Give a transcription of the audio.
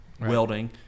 welding